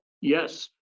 Yes